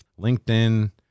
LinkedIn